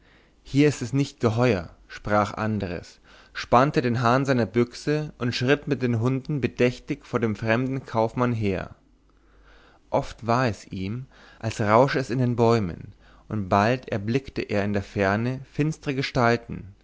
hier ist es nicht geheuer sprach andres spannte den hahn seiner büchse und schritt mit den hunden bedächtig vor dem fremden kaufmann her oft war es ihm als rausche es in den bäumen und bald erblickte er in der ferne finstre gestalten